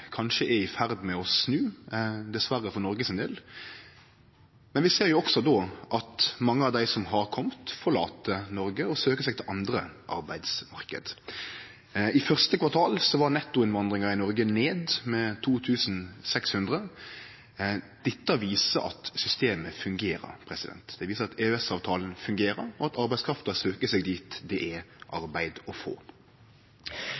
kanskje er i ferd med å snu, dessverre for Noreg sin del, men vi ser også at mange av dei som har kome, forlèt Noreg og søkjer seg til andre arbeidsmarknader. I 1. kvartal var nettoinnvandringa i Noreg gått ned med 2 600. Det viser at systemet fungerer. Det viser at EØS-avtalen fungerer, og at arbeidskrafta søkjer seg dit det er